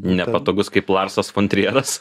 nepatogus kaip larsas fon trieras